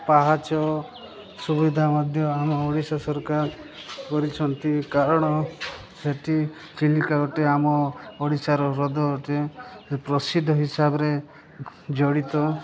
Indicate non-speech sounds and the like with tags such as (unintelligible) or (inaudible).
ପାହାଚ ସୁବିଧା ମଧ୍ୟ ଆମ ଓଡ଼ିଶା ସରକାର କରିଛନ୍ତି କାରଣ ସେଇଠି ଚିଲିକା ଗୋଟେ ଆମ ଓଡ଼ିଶାର ହ୍ରଦ ଅଟେ ପ୍ରସିଦ୍ଧ ହିସାବରେ (unintelligible) ଜଡ଼ିତ